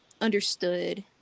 understood